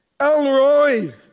Elroy